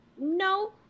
No